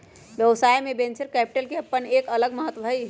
व्यवसाय में venture capital के अपन एक अलग महत्व हई